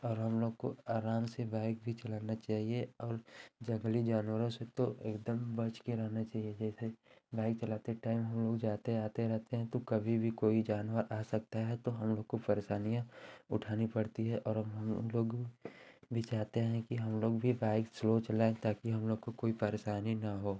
और हम लोग को आराम से बाइक भी चलाना चाहिए और जंगली जानवरों से तो एकदम बचके रहना चाहिए जैसे बाइक चलाते टाइम हम लोग जाते आते रहते हैं तो कभी भी कोई जानवर आ सकता है तो हम लोग को परेशानियाँ उठानी पड़ती है और हम लोग भी चाहते हैं कि हम लोग भी बाइक स्लो चलाएँ ताकि हम लोग को कोई परेशानी ना हो